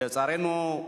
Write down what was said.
לצערנו,